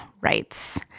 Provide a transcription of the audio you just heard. rights